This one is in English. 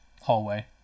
Hallway